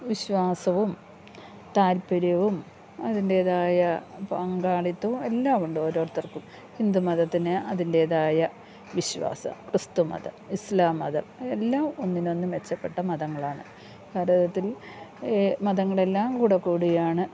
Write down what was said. വിശ്വാസവും താൽപര്യവും അതിൻ്റേതായ പങ്കാളിത്തവും എല്ലാം ഉണ്ട് ഓരോരുത്തർക്കും ഹിന്ദുമതത്തിന് അതിൻ്റേതായ വിശ്വാസം ക്രിസ്തുമതം ഇസ്ലാം മതം എല്ലാം ഒന്നിനൊന്ന് മെച്ചപ്പെട്ട മതങ്ങളാണ് ഭരതത്തിൽ മതങ്ങളെല്ലാം കൂടെ കൂടിയാണ്